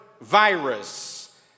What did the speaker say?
virus